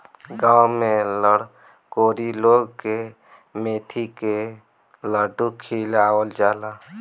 गांव में लरकोरी लोग के मेथी के लड्डू खियावल जाला